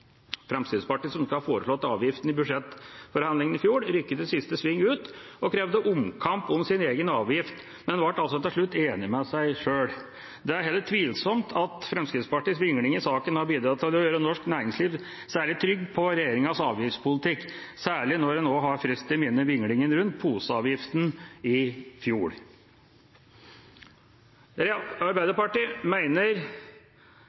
Fremskrittspartiet, som skal ha foreslått avgiften i budsjettforhandlingene i fjor, rykket i siste sving ut og krevde omkamp om sin egen avgift, men ble altså til slutt enig med seg sjøl. Det er heller tvilsomt at Fremskrittspartiets vingling i saken har bidratt til å gjøre norsk næringsliv særlig trygge på regjeringas avgiftspolitikk, særlig når vi nå har friskt i minnet vinglingen rundt poseavgiften i fjor.